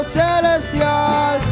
celestial